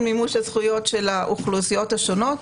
מימוש הזכויות של האוכלוסיות השונות.